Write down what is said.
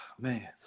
Man